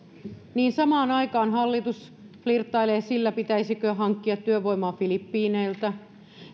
niin samaan aikaan hallitus flirttailee sillä pitäisikö hankkia työvoimaa filippiineiltä